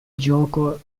gioco